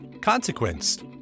Consequence